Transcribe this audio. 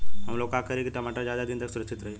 हमलोग का करी की टमाटर ज्यादा दिन तक सुरक्षित रही?